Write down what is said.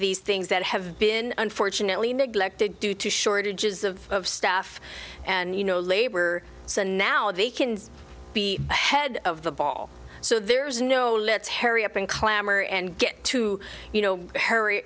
these things that have been unfortunately neglected due to shortages of staff and you know labor so now they can be ahead of the ball so there's no let's harry up and clamor and get to you know harry